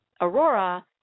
Aurora